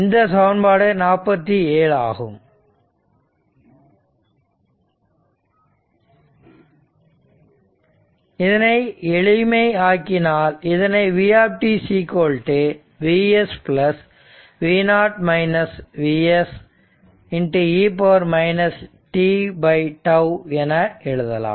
இந்த சமன்பாடு 47 ஆகும் இதனை எளிமை ஆக்கினால் இதனை v Vs e t என எழுதலாம்